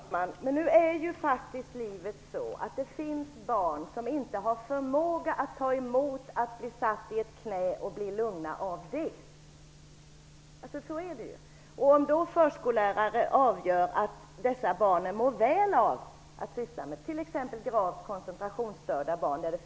Herr talman! Nu är det faktiskt så i livet att det finns barn som inte har förmåga att ta emot att bli satta i ett knä och bli lugna. Om förskolläraren tycker att dessa barn mår väl av att syssla med datorn, måste vi låta förskolläraren avgöra det.